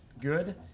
good